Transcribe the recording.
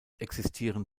existieren